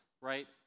right